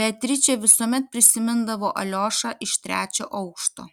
beatričė visuomet prisimindavo aliošą iš trečio aukšto